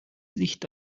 licht